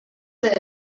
out